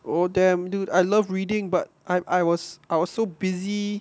oh damn dude I love reading but I I was I was so busy